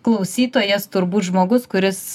klausytojas turbūt žmogus kuris